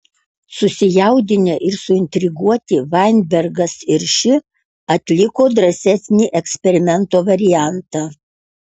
susijaudinę ir suintriguoti vainbergas ir ši atliko drąsesnį eksperimento variantą